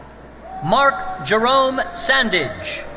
mark jerome sandidge.